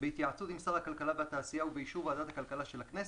בהתייעצות עם שר הכלכלה והתעשייה ובאישור ועדת הכלכלה של הכנסת,